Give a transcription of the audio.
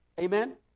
Amen